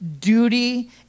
duty